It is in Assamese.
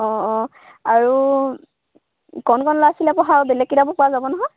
অঁ অঁ আৰু কণ কণ ল'ৰা ছোৱালীয়ে পঢ়া আৰু বেলেগ কিতাপো পোৱা যাব নহয়